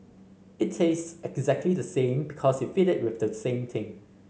it tastes exactly the same because you feed it with the same thing